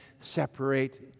separate